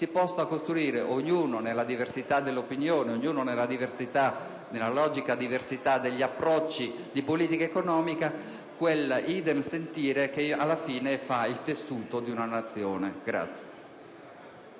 si possa costruire, ognuno nella diversità dell'opinione, ognuno nella logica diversità degli approcci di politica economica, quel *idem sentire* che alla fine fa il tessuto di una Nazione.